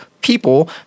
people